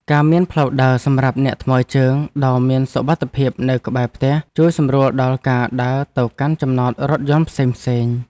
ការមានផ្លូវដើរសម្រាប់អ្នកថ្មើរជើងដ៏មានសុវត្ថិភាពនៅក្បែរផ្ទះជួយសម្រួលដល់ការដើរទៅកាន់ចំណតរថយន្តផ្សេងៗ។